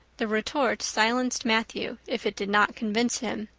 the retort silenced matthew if it did not convince him.